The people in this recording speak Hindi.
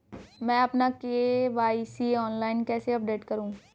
मैं अपना के.वाई.सी ऑनलाइन कैसे अपडेट करूँ?